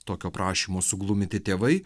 tokio prašymo sugluminti tėvai